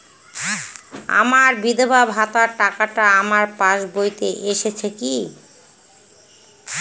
আমার বিধবা ভাতার টাকাটা আমার পাসবইতে এসেছে কি?